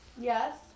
Yes